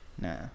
Nah